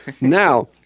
Now